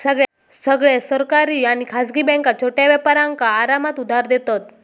सगळ्या सरकारी आणि खासगी बॅन्का छोट्या व्यापारांका आरामात उधार देतत